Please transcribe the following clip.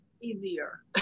easier